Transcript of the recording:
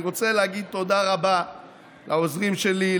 אני רוצה להגיד תודה רבה לעוזרים שלי,